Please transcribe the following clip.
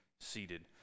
seated